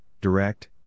direct